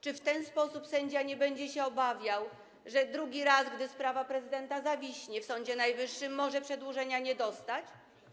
Czy w ten sposób sędzia nie będzie się obawiał, że drugi raz, gdy sprawa prezydenta zawiśnie w Sądzie Najwyższym, może przedłużenia nie dostać?